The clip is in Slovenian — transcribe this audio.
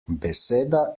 beseda